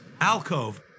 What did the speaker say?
Alcove